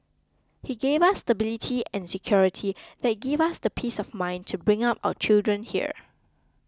he gave us stability and security that give us the peace of mind to bring up our children here